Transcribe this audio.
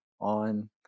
on